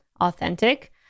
authentic